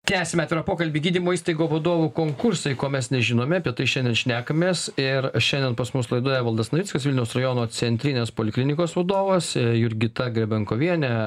tęsiame pokalbį gydymo įstaigų vadovų konkursai ko mes nežinome apie tai šiandien šnekamės ir šiandien pas mus laidoje evaldas navickas vilniaus rajono centrinės poliklinikos vadovas jurgita grebenkovienė